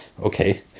okay